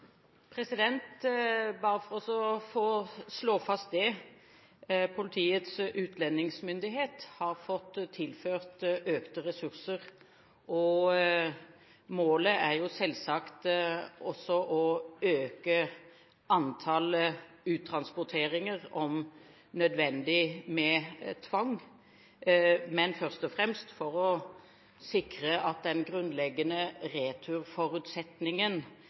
Bare for å få slått fast det: Politiets utlendingsmyndighet har fått tilført økte ressurser, og målet er selvsagt også å øke antall uttransporteringer, om nødvendig med tvang, men først og fremst å sikre at den grunnleggende returforutsetningen